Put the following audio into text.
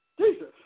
Jesus